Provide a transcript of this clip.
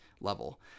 level